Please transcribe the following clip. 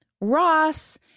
Ross